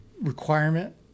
requirement